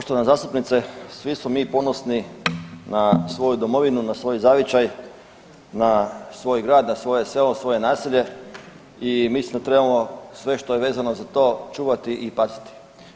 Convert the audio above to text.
Poštovana zastupnice svi smo mi ponosni na svoju domovinu, na svoj zavičaj, na svoj grad, svoje selo, svoje naselje i mislim da trebamo sve što je vezano za to čuvati i paziti.